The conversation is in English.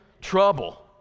trouble